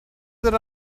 that